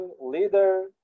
leader